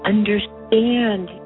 Understand